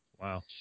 Wow